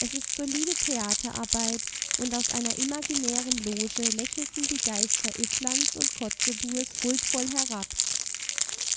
es ist solide theaterarbeit und aus einer imaginären loge lächelten die geister ifflands und kotzebues huldvoll herab